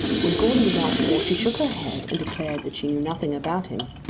when goarly was asked for she shook her head and declared that she knew nothing about him.